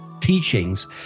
teachings